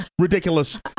ridiculous